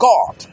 God